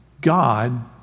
God